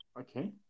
Okay